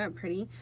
um pretty?